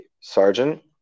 sergeant